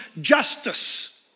justice